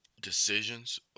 Decisions